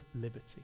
liberty